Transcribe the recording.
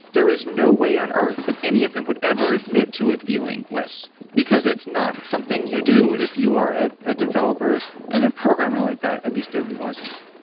there is no way on earth that any of them would ever admit to a feeling bliss, because it's not something you do. if you are ah a developer and a programmer like that, at least it wasn't.